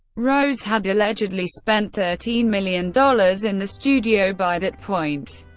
rose had allegedly spent thirteen million dollars in the studio by that point.